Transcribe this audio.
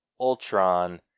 Ultron